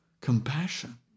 compassion